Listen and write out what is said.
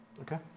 Okay